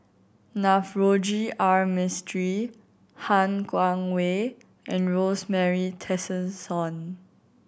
Navroji R Mistri Han Guangwei and Rosemary Tessensohn